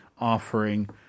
offering